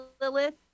Lilith